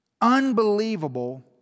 unbelievable